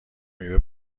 میوه